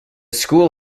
school